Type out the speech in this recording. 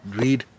read